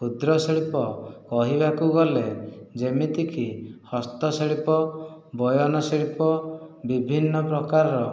କ୍ଷୁଦ୍ରଶିଳ୍ପ କହିବାକୁ ଗଲେ ଯେମିତିକି ହସ୍ତଶିଳ୍ପ ବୟନଶିଳ୍ପ ବିଭିନ୍ନପ୍ରକାରର